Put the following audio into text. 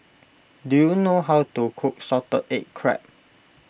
do you know how to cook Salted Egg Crab